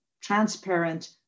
transparent